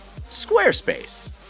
Squarespace